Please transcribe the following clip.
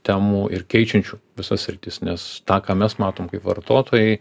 temų ir keičiančių visas sritis nes tą ką mes matom kaip vartotojai